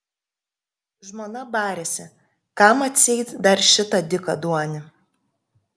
žmona barėsi kam atseit dar šitą dykaduonį